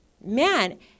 man